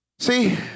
See